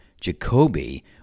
Jacoby